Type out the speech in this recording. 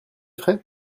frais